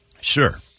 Sure